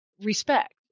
respect